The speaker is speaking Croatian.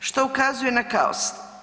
Što ukazuje na kaos.